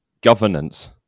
governance